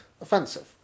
offensive